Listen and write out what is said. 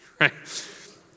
right